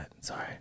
sorry